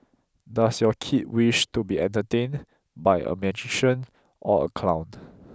does your kid wish to be entertained by a magician or a clown